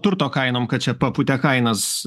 turto kainom kad čia papūtė kainas